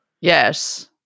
Yes